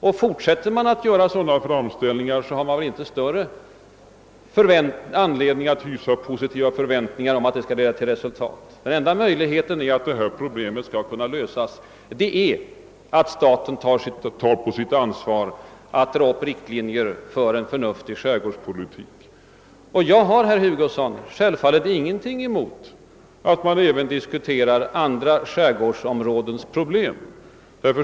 Även om man fortsätter att göra sådana framställningar har man väl inte anledning att hysa större förväntningar att de skall leda till ett positivt resultat än vad man hittills haft. Den enda möjligheten att lösa detta problem är att staten tar på sitt an svar att dra upp riktlinjer för en förnuftig skärgårdspolitik. Jag har, herr Hugosson, självfallet ingenting emot att man diskuterar de andra skärgårdsområdenas problem.